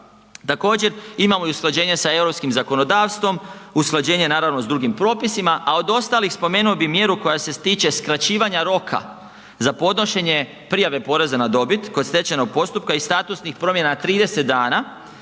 Također imamo i usklađenje i sa europskim zakonodavstvom, usklađenje naravno i s drugim propisima, a od ostalih spomenuo bih mjeru koja se tiče skraćivanja roka za podnošenje prijave poreza na dobit kod stečajnog postupka i statusnih promjena 30 dana,